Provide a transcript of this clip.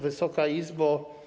Wysoka Izbo!